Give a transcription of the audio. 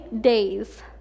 days